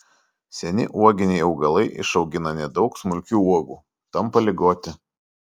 seni uoginiai augalai išaugina nedaug smulkių uogų tampa ligoti